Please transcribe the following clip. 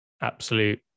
absolute